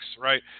right